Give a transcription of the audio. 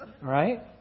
right